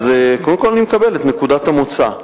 אני מקבל את נקודת המוצא.